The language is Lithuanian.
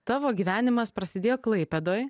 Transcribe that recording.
tavo gyvenimas prasidėjo klaipėdoj